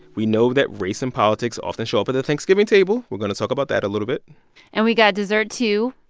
we know that race and politics often show up at the thanksgiving table. we're going to talk about that a little bit and we got dessert, too.